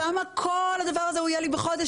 כמה כל הדבר הזה הוא יהיה לי בחודש?